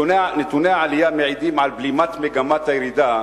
נתוני העלייה מעידים על בלימת מגמת הירידה